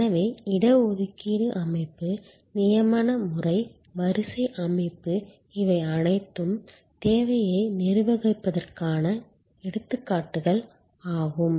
எனவே இட ஒதுக்கீடு அமைப்பு நியமன முறை வரிசை அமைப்பு இவை அனைத்தும் தேவையை நிர்வகிப்பதற்கான எடுத்துக்காட்டுகள் ஆகும்